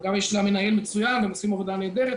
גם אם יש מנהל מצוין והם עושים עבודה נהדרת,